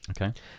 Okay